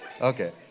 Okay